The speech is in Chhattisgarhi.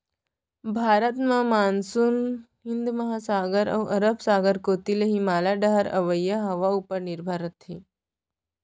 भारत म मानसून हिंद महासागर अउ अरब सागर कोती ले हिमालय डहर अवइया हवा उपर निरभर रथे